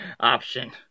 option